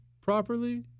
properly